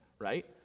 right